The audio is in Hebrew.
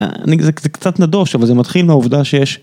זה קצת נדוש אבל זה מתחיל מהעובדה שיש.